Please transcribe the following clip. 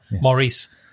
Maurice